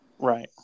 Right